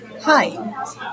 Hi